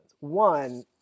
One